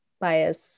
bias